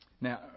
Now